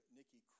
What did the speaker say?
Nikki